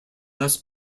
less